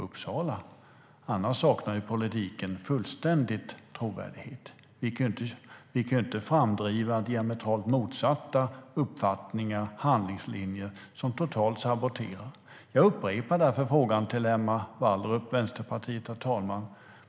Annars saknar politiken fullständigt trovärdighet. Vi kan inte framdriva diametralt motsatta uppfattningar, handlingslinjer, som totalt saboterar. Jag upprepar därför, herr talman, frågan till Emma Wallrup, Vänsterpartiet.